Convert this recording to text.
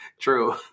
True